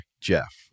Jeff